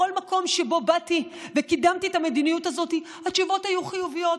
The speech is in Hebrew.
שבכל מקום שבו קידמתי את המדיניות הזו התשובות היו חיוביות,